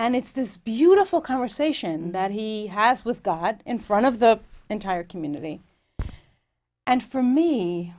and it's this beautiful conversation that he has with god in front of the entire community and for me